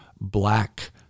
black